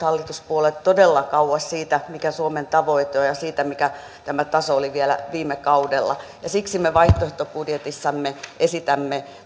hallituspuolueet todella kauas siitä mikä suomen tavoite on ja siitä mikä tämä taso oli vielä viime kaudella ja siksi me vaihtoehtobudjetissamme esitämme